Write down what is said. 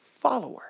follower